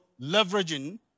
Leveraging